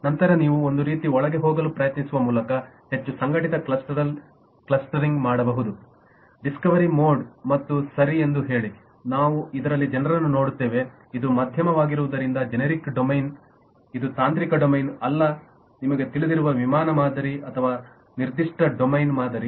ನಂತರ ನೀವು ಒಂದು ರೀತಿ ಒಳಗೆ ಹೋಗಲು ಪ್ರಯತ್ನಿಸುವ ಮೂಲಕ ಹೆಚ್ಚು ಸಂಘಟಿತ ಸ್ಟ್ರಕ್ಚರಲ್ ಕ್ಲಸ್ಟರಿಂಗ್ ಮಾಡಬಹುದು ಡಿಸ್ಕವರಿ ಮೋಡ್ ಮತ್ತು ಸರಿ ಎಂದು ಹೇಳಿ ನಾವು ಇದರಲ್ಲಿ ಜನರನ್ನು ನೋಡುತ್ತೇವೆ ಇದು ಮಧ್ಯಮವಾಗಿರುವುದರಿಂದ ಜೆನೆರಿಕ್ ಡೊಮೇನ್ ಇದು ತಾಂತ್ರಿಕ ಡೊಮೇನ್ ಅಲ್ಲ ನಿಮಗೆ ತಿಳಿದಿರುವ ವಿಮಾನ ಮಾದರಿ ಅಥವಾ ತುಂಬಾ ನಿರ್ದಿಷ್ಟ ಡೊಮೇನ್ ಮಾದರಿ